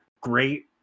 great